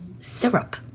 Syrup